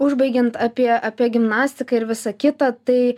užbaigiant apie apie gimnastiką ir visą kitą tai